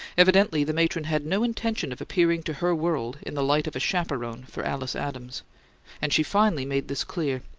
evidently the matron had no intention of appearing to her world in the light of a chaperone for alice adams and she finally made this clear.